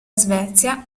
svezia